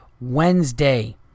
Wednesday